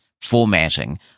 formatting